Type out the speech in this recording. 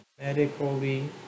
Medically